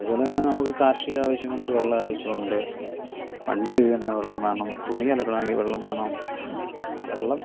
അതുപോലെ തന്നെ നമുക്ക് കാർഷിക ആവശ്യങ്ങൾക്ക് വെള്ളം ആവശ്യമുണ്ട് വണ്ടി കഴുകണമെങ്കിൽ വെള്ളം വേണം തുണി അലക്കണമെങ്കിൽ വെള്ളം വേണം വെള്ളം